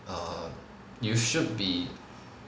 err you should be